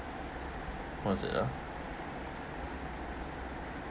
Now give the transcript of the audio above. what is it ah